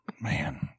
man